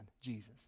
Jesus